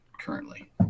currently